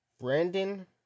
Brandon